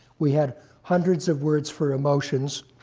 we had hundreds of words for emotions,